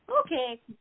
Okay